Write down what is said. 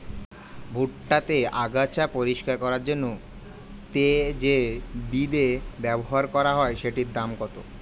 ভুট্টা তে আগাছা পরিষ্কার করার জন্য তে যে বিদে ব্যবহার করা হয় সেটির দাম কত?